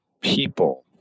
people